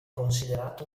considerato